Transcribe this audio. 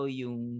yung